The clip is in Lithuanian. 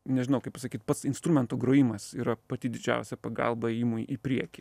nežinau kaip pasakyt pats instrumento grojimas yra pati didžiausia pagalba ėjimui į priekį